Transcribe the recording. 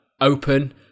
open